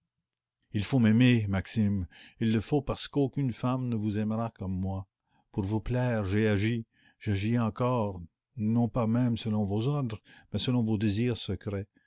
il faut m'aimer maxime il le faut parce qu'aucune femme ne vous aimera comme moi pour vous plaire j'ai agi non pas même selon vos ordres mais selon vos désirs secrets